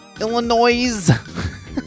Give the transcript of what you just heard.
Illinois